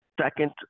Second